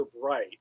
bright